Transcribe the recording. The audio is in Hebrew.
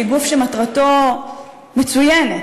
שהיא גוף שמטרתו מצוינת,